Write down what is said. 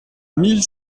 mille